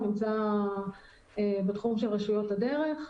הוא נמצא בתחום של רשויות הדרך.